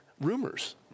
rumors